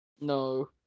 No